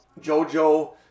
Jojo